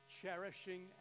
cherishing